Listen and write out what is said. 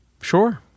Sure